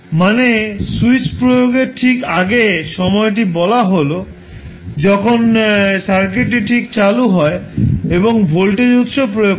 মানে স্যুইচ প্রয়োগের ঠিক আগে সময়টি বলা হল যখন সার্কিটটি ঠিক চালু হয় এবং ভোল্টেজ উত্স প্রয়োগ করা হয়